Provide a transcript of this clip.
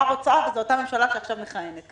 רוצה וזו אותה ממשלה שעכשיו מכהנת.